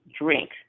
drink